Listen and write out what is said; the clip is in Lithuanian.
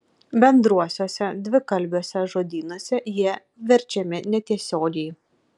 bendruosiuose dvikalbiuose žodynuose jie verčiami netiesiogiai